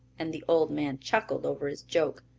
and the old man chuckled over his joke.